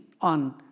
on